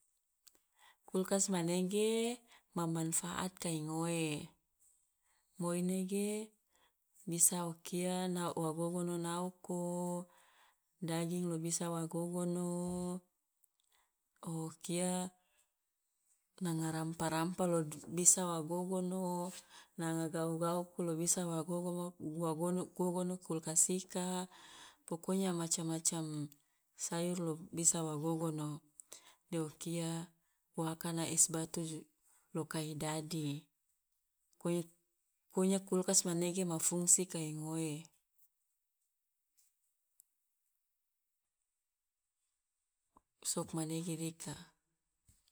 Kulkas manege ma manfaat kai ngoe, moi nege bisa o kia na wa gogono naoko, daging lo bisa wa gogono, o kia nanga rampa rampa lo bisa wa gogono, nanga gau- gauku lo bisa wa gogomo guagono gogono kulkas ika, pokonya macam macam sayur lo bisa wa gogono de o kia wa akana es batu loka i dadi, pokonya pokonya kulkas manege ma fungsi kai ngoe, sokmanege dika.